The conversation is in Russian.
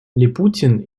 липутин